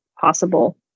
possible